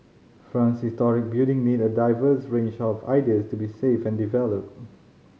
France's historic building need a diverse range of ideas to be saved and developed